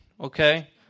okay